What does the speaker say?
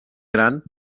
gran